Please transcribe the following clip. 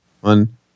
One